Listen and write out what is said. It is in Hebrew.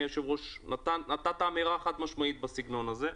היושב ראש נתן אמירה חד משמעית בסגנון הזה.